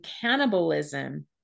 cannibalism